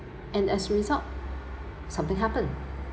and as a result something happened